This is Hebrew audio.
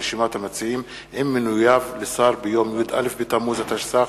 אבקש להודיעכם, כי בהתאם לסעיף